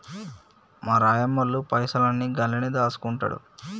మా రాయమల్లు పైసలన్ని గండ్లనే దాస్కుంటండు